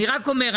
אני רק אומר,